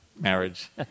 marriage